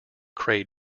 cray